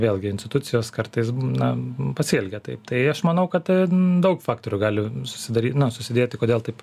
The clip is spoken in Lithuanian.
vėlgi institucijos kartais būna pasielgia taip tai aš manau kad ten daug faktorių gali susidaryti na susidėti kodėl taip